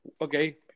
okay